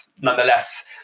Nonetheless